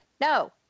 No